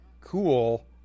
cool